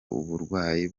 uburwayi